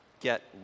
get